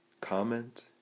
comment